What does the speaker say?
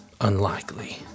unlikely